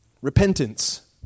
repentance